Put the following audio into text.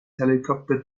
helicopter